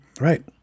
Right